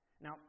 Now